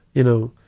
you know,